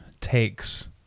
takes